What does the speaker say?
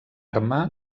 arma